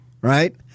Right